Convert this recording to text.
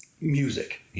Music